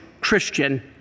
Christian